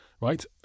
right